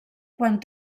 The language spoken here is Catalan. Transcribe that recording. quan